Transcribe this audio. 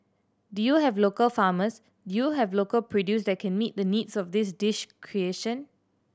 do you have local farmers do you have local produce that can meet the needs of this dish creation